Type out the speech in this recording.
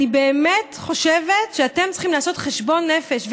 אני באמת חושבת שאתם צריכים לעשות חשבון נפש,